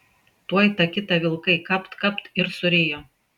tuoj tą kitą vilkai kapt kapt ir surijo